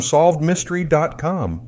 SolvedMystery.com